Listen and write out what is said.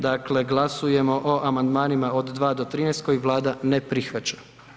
Dakle, glasujemo o Amandmanima od 2. do 13. koje Vlada ne prihvaća.